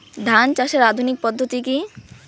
ধান চাষের আধুনিক পদ্ধতি কি?